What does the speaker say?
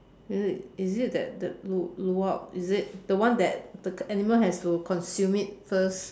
is it is it that that lu~ luwak is it the one that the animal has to consume it first